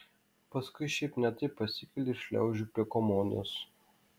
paskui šiaip ne taip pasikeliu ir šliaužiu prie komodos